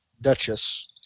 Duchess